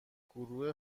گروه